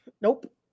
Nope